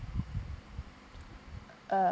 uh